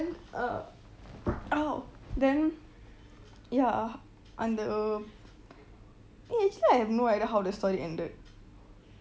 then uh ya அந்த:anta eh actually I have no idea how the story ended